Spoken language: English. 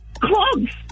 Clogs